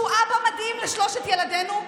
שהוא אבא מדהים לשלושת ילדינו,